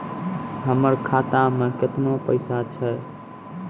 हमर खाता मैं केतना पैसा छह?